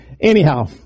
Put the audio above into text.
Anyhow